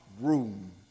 room